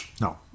no